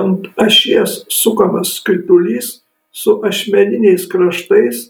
ant ašies sukamas skritulys su ašmeniniais kraštais